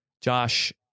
Josh